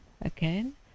again